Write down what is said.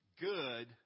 good